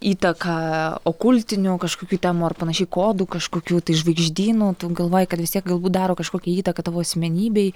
įtaką okultinių kažkokių temų ar panašiai kodų kažkokių tai žvaigždynų tu galvoji kad vis tiek galbūt daro kažkokią įtaką tavo asmenybei